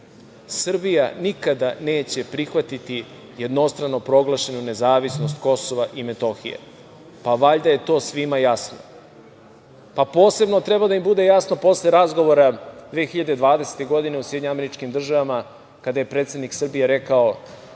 Srbija nikada neće prihvatiti jednostrano proglašenu nezavisnost KiM. Valjda je to svima jasno. Posebno treba da im bude jasno posle razgovora 2020. godine u SAD, kada je predsednik Srbije rekao